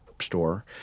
store